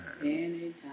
Anytime